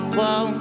whoa